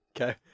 Okay